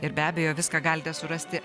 ir be abejo viską galite surasti